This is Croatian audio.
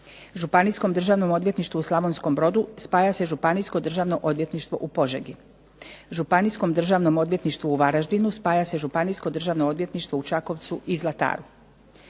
Županijskom državnom odvjetništvu u Slavonskom Brodu spaja se Županijsko državno odvjetništvo u Požegi, Županijskom državnom odvjetništvu u Varaždinu spaja se Županijsko državno odvjetništvo u Čakovcu i Zlataru.